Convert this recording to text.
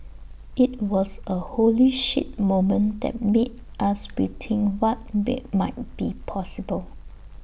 IT was A holy shit moment that made us rethink what be might be possible